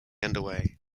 underway